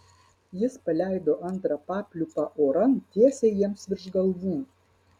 jis paleido antrą papliūpą oran tiesiai jiems virš galvų